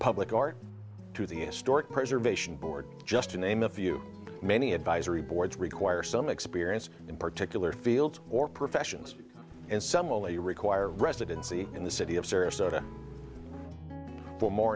public art to the historic preservation board just to name a few many advisory boards require some experience in particular fields or professions and some only require residency in the city of sirius ota for more